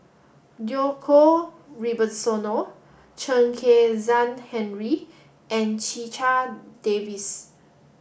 Djoko Wibisono Chen Kezhan Henri and Checha Davies